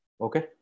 Okay